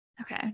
Okay